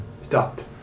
stopped